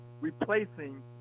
replacing